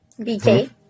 BK